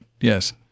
Yes